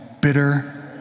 bitter